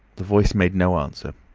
the voice made no answer.